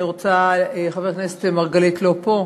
אני רוצה, חבר הכנסת מרגלית לא פה?